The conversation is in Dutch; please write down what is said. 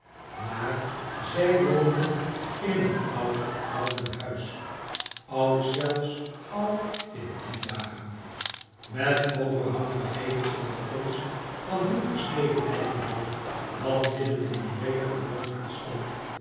maar zij woonden in een oud houten huis oud zelfs al in die dagen met overhangende gevels en balkons van ruw gesneden eikenhout dat midden in een weligen boomgaard stond